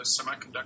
semiconductor